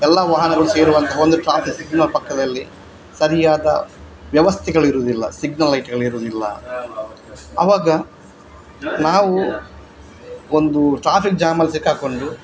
ಎಲ್ಲ ವಾಹನಗಳು ಸೇರುವಂತಹ ಒಂದು ಟ್ರಾಫಿಕ್ ಸಿಗ್ನಲ್ ಪಕ್ಕದಲ್ಲಿ ಸರಿಯಾದ ವ್ಯವಸ್ಥೆಗಳಿರುವುದಿಲ್ಲ ಸಿಗ್ನಲ್ ಲೈಟುಗಳಿರುವುದಿಲ್ಲ ಅವಾಗ ನಾವು ಒಂದು ಟ್ರಾಫಿಕ್ ಜ್ಯಾಮಲ್ಲಿ ಸಿಕ್ಕಾಕ್ಕೊಂಡು